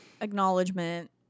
Acknowledgement